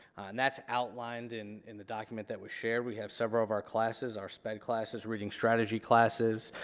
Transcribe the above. and that's outlined in in the document that we share. we have several of our classes, our sped classes, reading strategy classes,